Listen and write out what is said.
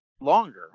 longer